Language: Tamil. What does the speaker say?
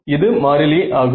இது மாறிலி ஆகும்